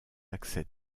accès